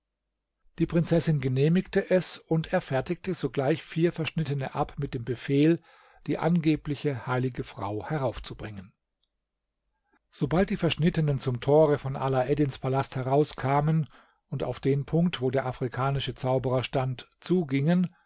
die prinzessin genehmigte es und er fertigte sogleich vier verschnittene ab mit dem befehl die angebliche heilige frau heraufzubringen sobald die verschnittenen zum tore von alaeddins palast herauskamen und auf den punkt wo der afrikanische zauberer stand zugingen